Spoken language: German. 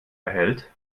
erhält